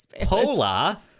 hola